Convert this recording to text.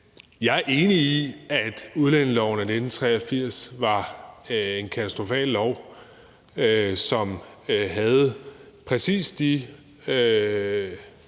Jeg er enig i, at udlændingeloven af 1983 var en katastrofal lov, som havde præcis de